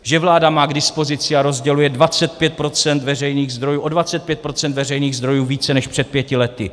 Že vláda má k dispozici a rozděluje 25 % veřejných zdrojů, o 25 % veřejných zdrojů více než před pěti lety.